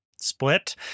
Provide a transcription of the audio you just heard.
Split